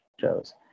shows